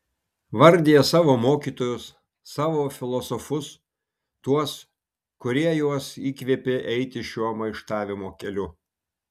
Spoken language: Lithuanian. vardija savo mokytojus savo filosofus tuos kurie juos įkvėpė eiti šiuo maištavimo keliu